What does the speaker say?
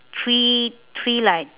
three three like